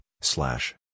slash